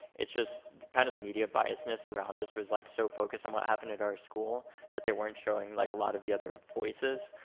it's just kinda kind of the media biasness around us was like so focused on what happened at our school that they weren't showing like a lot of the other voices.